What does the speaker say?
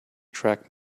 track